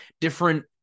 different